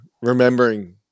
remembering